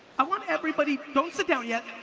i want everybody, don't sit down yet.